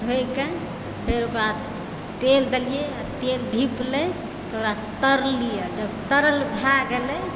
धोइके फेर ओकरा तेल देलियै तेल ढ़ीपलै तब ओकरा तरलिये जब तरल भए गेलै